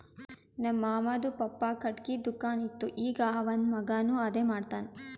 ನಮ್ ಮಾಮಾದು ಪಪ್ಪಾ ಖಟ್ಗಿದು ದುಕಾನ್ ಇತ್ತು ಈಗ್ ಅವಂದ್ ಮಗಾನು ಅದೇ ಮಾಡ್ತಾನ್